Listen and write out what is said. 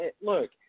look